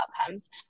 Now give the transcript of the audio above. outcomes